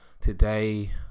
Today